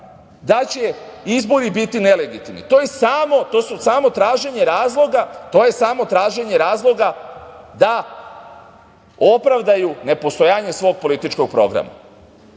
da će izbori biti nelegitimni. To je samo traženje razloga da opravdaju nepostojanje svog političkog programa. Ja